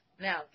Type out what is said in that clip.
Now